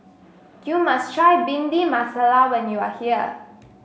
you must try Bhindi Masala when you are here